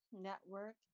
Network